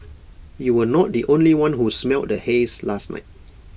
you were not the only one who smelled the haze last night